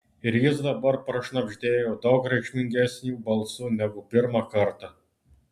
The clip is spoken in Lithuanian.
ir jis dabar prašnabždėjo daug reikšmingesniu balsu negu pirmą kartą